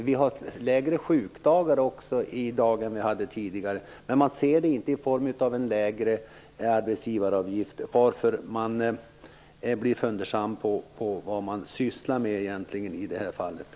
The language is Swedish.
Vi har i dag också lägre antal sjukdagar än vi hade tidigare, men det syns inte i form av en lägre arbetsgivaravgift. Därför blir man fundersam över vad regeringen sysslar med.